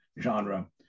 genre